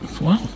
Wow